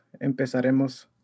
empezaremos